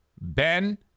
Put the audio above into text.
Ben